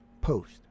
post